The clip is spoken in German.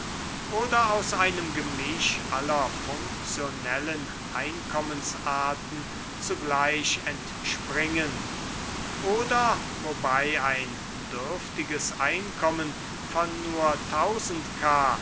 oder aus einem gemisch aller funktionellen einkommensarten zugleich entspringen oder wobei ein dürftiges einkommen von nur k